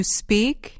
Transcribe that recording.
speak